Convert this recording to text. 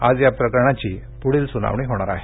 आज या प्रकरणाची पूढील सूनावणी होणार आहे